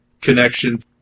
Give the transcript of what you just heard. connection